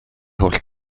holl